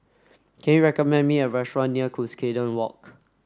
can you recommend me a restaurant near Cuscaden Walk